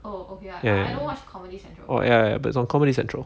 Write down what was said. ya oh ya ya but it's on Comedy Central